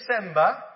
December